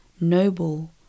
noble